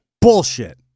Bullshit